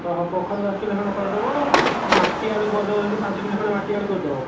ହ ହଉ କଖାରୁ ଦଶ କିଲୋ ଖଣ୍ଡେ କରିଦେବ ମାଟିଆଳୁ କରିଦେବ ଯଦି ପାଞ୍ଚ କିଲୋ ଖଣ୍ଡେ ମାଟିଆଳୁ କରିଦେବ